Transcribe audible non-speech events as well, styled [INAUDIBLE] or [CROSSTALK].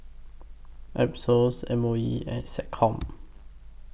[UNINTELLIGIBLE] M O E and Seccom